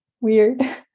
weird